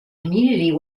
community